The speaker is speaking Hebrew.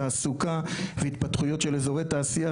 תעסוקה והתפתחויות של אזורי תעשייה,